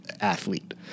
athlete